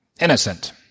Innocent